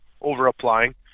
over-applying